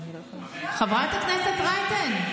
חברת הכנסת רייטן,